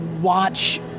watch